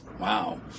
wow